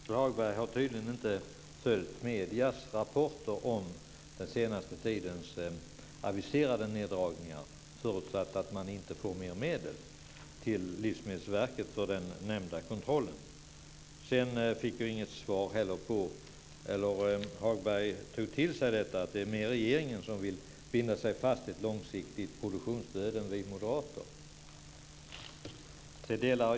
Fru talman! Michael Hagberg har tydligen inte följt mediernas rapporter om den senaste tidens aviserade neddragningar förutsatt att Livsmedelsverket inte får mer medel för den nämnda kontrollen. Michael Hagberg tog till sig att det är mer regeringen än vi moderater som vill binda sig vid ett långsiktigt produktionsstöd.